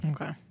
Okay